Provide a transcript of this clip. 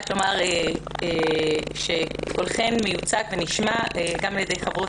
רק לומר שקולכן מיוצג ונשמע גם על ידי חברות